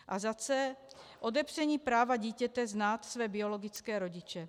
c) Odepření práva dítěte znát své biologické rodiče.